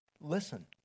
Listen